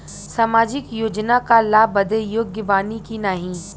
सामाजिक योजना क लाभ बदे योग्य बानी की नाही?